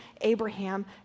Abraham